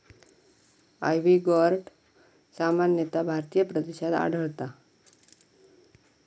ivy gourd सामान्यतः भारतीय प्रदेशात आढळता